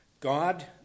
God